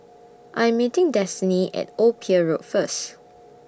I'm meeting Destinee At Old Pier Road First